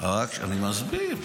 אני מסביר.